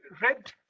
red